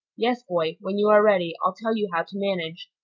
yes, boy when you are ready, i'll tell you how to manage.